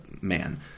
man